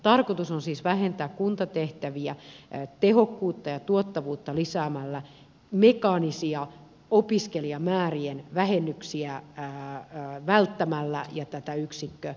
tarkoitus on siis vähentää kuntatehtäviä lisäämällä tehokkuutta ja tuottavuutta välttämällä mekaanisia opiskelijamäärien vähennyksiä ja jättämällä laskematta tätä yksikköhintaa